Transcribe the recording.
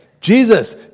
Jesus